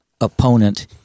opponent